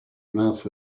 mouth